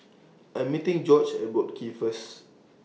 I Am meeting Gorge At Boat Quay First